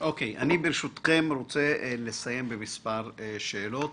אני רוצה לסיים במספר שאלות